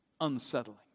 unsettling